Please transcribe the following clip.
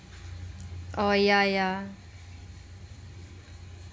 oh yeah yeah